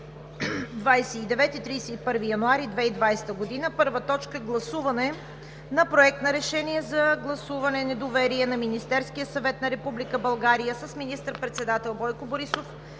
29 – 31 януари 2020 г.: „1. Гласуване на Проект на решение за гласуване недоверие на Министерския съвет на Република България с министър-председател Бойко Борисов